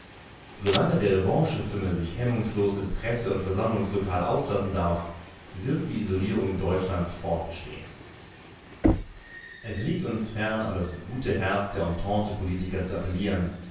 der revanchefimmel sich hemmungslos in presse und versammlungslokal auslassen darf wird die isolierung deutschlands fortbestehen es liegt uns fern an das gute herz der ententepolitiker zu appellieren